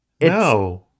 No